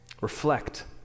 Reflect